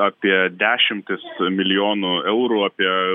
apie dešimtis milijonų eurų apie